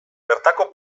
bertako